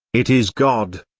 it is god,